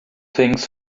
things